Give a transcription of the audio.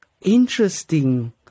interesting